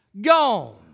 gone